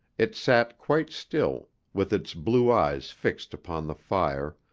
it sat quite still, with its blue eyes fixed upon the fire,